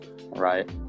Right